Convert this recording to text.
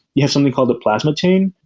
you have something called a plasma chain,